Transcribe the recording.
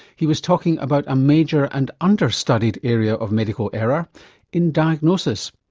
he was talking about a major and under-studied area of medical error in diagnosis.